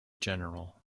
general